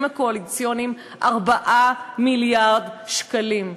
הקואליציוניים היא 4 מיליארד שקלים,